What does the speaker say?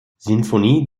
sinfonie